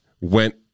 went